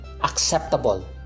acceptable